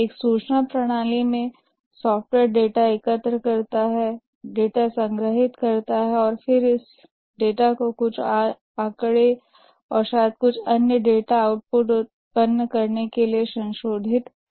एक सूचना प्रणाली सॉफ़्टवेयर डेटा एकत्र करता है डेटा संग्रहीत करता है फिर इस डेटा को कुछ आँकड़े और शायद कुछ अन्य डेटा आउटपुट उत्पन्न करने के लिए संशोधित करता है